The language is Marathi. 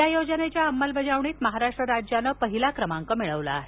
या योजनेच्या अंमलबजावणीत महाराष्ट्र राज्यानं पहिला क्रमांक मिळवला आहे